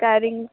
carrying